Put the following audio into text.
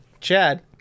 chad